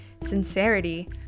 sincerity